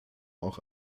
auch